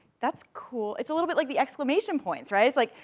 that's cool, it's a little bit like the exclamation points, right, it's like,